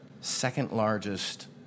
second-largest